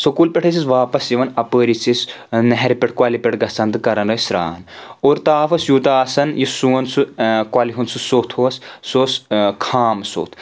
school پؠٹھ ٲسۍ أسۍ واپس یِوَان اپٲرۍ ٲسۍ أسۍ نہرِ پؠٹھ کۄلہِ پؠٹھ گژھان تہٕ کران ٲسۍ سرٛان اور تاپھ اوس یوٗتاہ آسان یُس سون سُہ کۄلہِ ہُنٛد سُہ سوٚتھ اوس سُہ اوس خام سوٚتھ